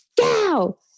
go